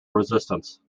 resistance